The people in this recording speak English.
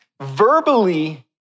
verbally